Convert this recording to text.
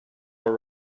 are